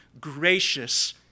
gracious